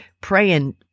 praying